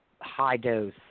high-dose